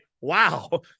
wow